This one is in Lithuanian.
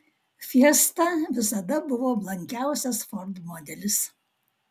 fiesta visada buvo blankiausias ford modelis